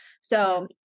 So-